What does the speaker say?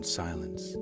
silence